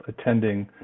attending